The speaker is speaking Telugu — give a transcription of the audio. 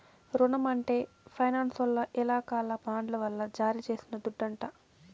రునం అంటే ఫైనాన్సోల్ల ఇలాకాల బాండ్ల వల్ల జారీ చేసిన దుడ్డంట